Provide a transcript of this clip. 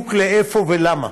בדיוק לאיפה ולמה.